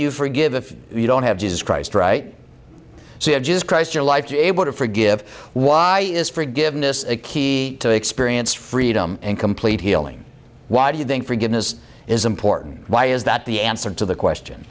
you forgive if you don't have jesus christ right see edges christ your life to able to forgive why is forgiveness a key to experience freedom and complete healing why do you think forgiveness is important why is that the answer to the question